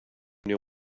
know